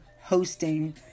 hosting